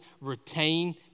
retain